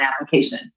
application